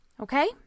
Okay